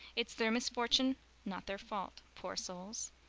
it's their misfortune not their fault, poor souls.